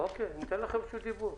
אוקיי, ניתן לכם רשות דיבור.